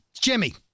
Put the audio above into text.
Jimmy